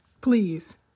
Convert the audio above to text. Please